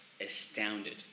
astounded